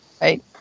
Right